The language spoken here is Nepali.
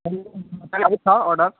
छ अर्डर